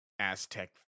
aztec